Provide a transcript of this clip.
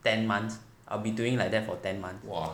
ten months I'll be doing like that for ten months